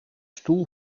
stoel